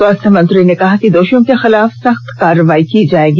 स्वास्थ्य मंत्री ने कहा कि दोषियों के खिलाफ सख्त कार्रवाई की जाएगी